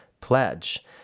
pledge